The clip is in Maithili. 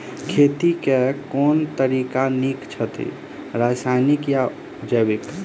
खेती केँ के तरीका नीक छथि, रासायनिक या जैविक?